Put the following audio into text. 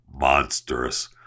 monstrous